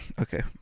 Okay